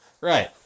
Right